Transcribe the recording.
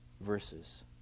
verses